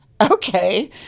okay